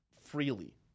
freely